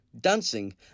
dancing